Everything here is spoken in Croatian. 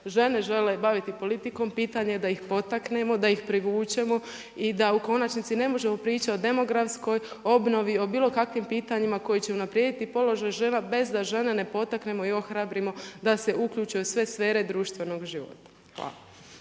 žene žele baviti politikom, pitanje je da ih potaknemo, da ih privučemo i da u konačnici ne možemo pričati o demografskoj obnovi, o bilo kakvim pitanjima koji će unaprijediti položaj žena bez da žene ne potaknemo i ohrabrimo da se uključe u sve sfere društvenog života. Hvala.